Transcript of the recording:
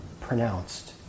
pronounced